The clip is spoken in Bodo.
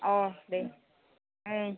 औ दे उम